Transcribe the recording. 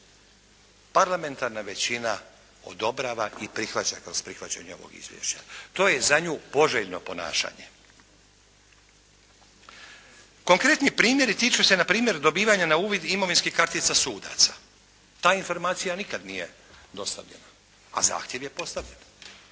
parlamentarna većina odobrava i prihvaća kroz prihvaćanje ovog izvješća, to je za nju poželjno ponašanje. Konkretni primjeri tiču se na primjer dobivanja na uvid imovinskih kartica sudaca. Ta informacija nikad nije dostavljena a zahtjev je postavljen.